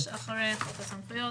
זה בעצם חודש אחרי חוק הסמכויות.